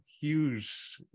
huge